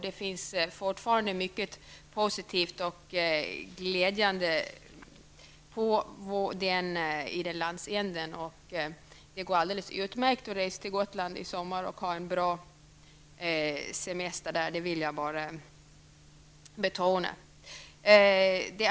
Det finns fortfarande mycket positivt och glädjande i den landsändan, och det går alldeles utmärkt att resa till Gotland i sommar och ha en bra semester där. Det vill jag betona.